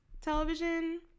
Television